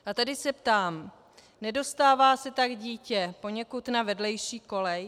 A tady se ptám: Nedostává se tak dítě poněkud na vedlejší kolej?